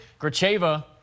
Gracheva